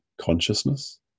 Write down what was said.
Consciousness